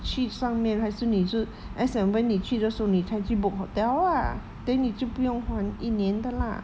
去上面还是你就 as and when 你去的时候你才去 book hotel lah then 你就不用还一年的 lah